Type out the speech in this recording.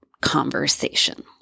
conversation